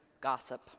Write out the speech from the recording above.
gossip